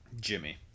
Jimmy